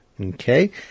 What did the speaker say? Okay